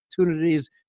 opportunities